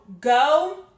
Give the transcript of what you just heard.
go